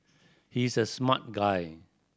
he is a smart guy